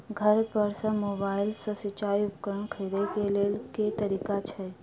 घर पर सऽ मोबाइल सऽ सिचाई उपकरण खरीदे केँ लेल केँ तरीका छैय?